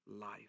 life